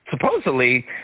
supposedly